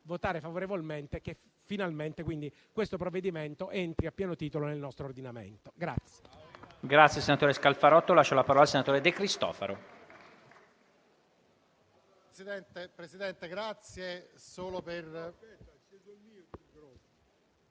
votare favorevolmente e che finalmente questo provvedimento entri a pieno titolo nel nostro ordinamento.